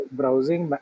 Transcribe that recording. browsing